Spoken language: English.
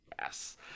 Yes